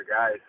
guys